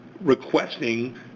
requesting